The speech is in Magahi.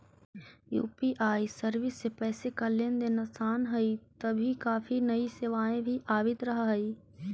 यू.पी.आई सर्विस से पैसे का लेन देन आसान हई तभी काफी नई सेवाएं भी आवित रहा हई